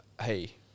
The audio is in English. Hey